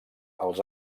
els